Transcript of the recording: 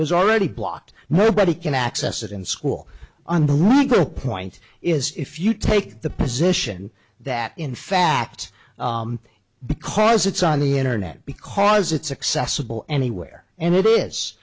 was already blocked nobody can access it in school and the point is if you take the position that in fact because it's on the internet because it's accessible anywhere and it is